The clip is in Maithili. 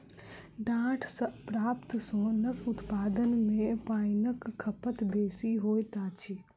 डांट सॅ प्राप्त सोनक उत्पादन मे पाइनक खपत बेसी होइत अछि